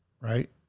right